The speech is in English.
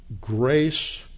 grace